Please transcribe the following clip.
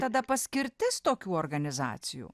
tada paskirtis tokių organizacijų